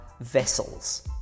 vessels